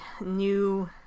new